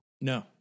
No